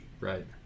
Right